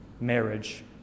marriage